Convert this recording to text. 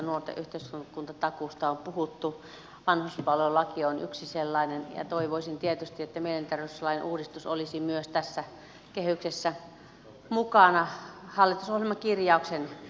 nuorten yhteiskuntatakuusta on puhuttu vanhuspalvelulaki on yksi sellainen ja toivoisin tietysti että mielenterveyslain uudistus olisi myös tässä kehyksessä mukana hallitusohjelmakirjauksen perusteella